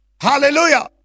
Hallelujah